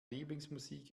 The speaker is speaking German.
lieblingsmusik